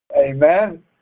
Amen